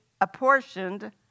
apportioned